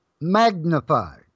magnified